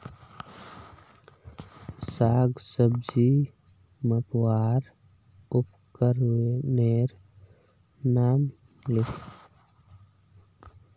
साग सब्जी मपवार उपकरनेर नाम लिख?